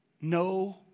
no